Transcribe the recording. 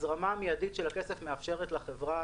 ההזרמה המיידית של הכסף מאפשרת לחברה,